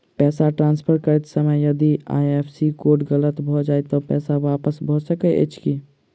पैसा ट्रान्सफर करैत समय यदि आई.एफ.एस.सी कोड गलत भऽ जाय तऽ पैसा वापस भऽ सकैत अछि की?